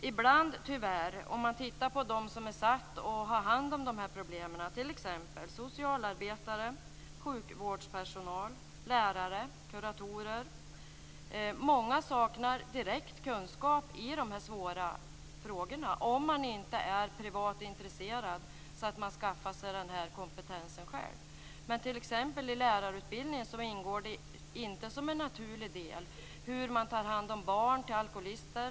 Ibland saknar många av dem som är satta att ta hand om dessa problem direkta kunskaper i dessa svåra frågor, t.ex. socialarbetare, sjukvårdspersonal, lärare, kuratorer, om de inte har ett privat intresse och själva skaffar sig kompetensen. Det ingår t.ex. inte som en naturlig del i lärarutbildningen hur man tar hand om barn till alkoholister.